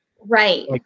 Right